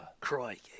Crikey